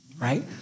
right